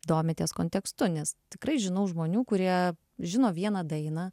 domitės kontekstu nes tikrai žinau žmonių kurie žino vieną dainą